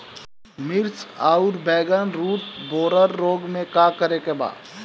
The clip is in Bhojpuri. मिर्च आउर बैगन रुटबोरर रोग में का करे के बा?